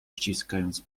ściskając